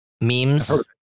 memes